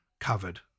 covered